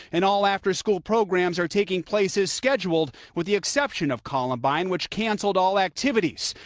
and all after school programs are taking place as scheduled, with the exception of columbine, which canceled all activities.